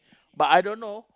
but I don't know